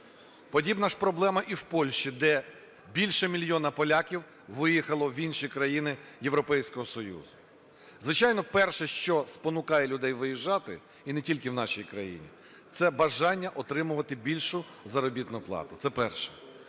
Подібна ж проблема і в Польщі, де більше мільйона поляків виїхало в інші країни Європейського Союзу. Звичайно, перше, що спонукає людей виїжджати, і не тільки в нашій країні, це бажання отримувати більшу заробітну плату. Це перше.